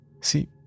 See